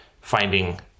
finding